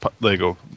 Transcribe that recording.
Lego